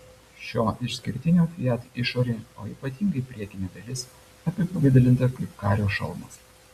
šio išskirtinio fiat išorė o ypatingai priekinė dalis apipavidalinta kaip kario šalmas